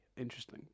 Interesting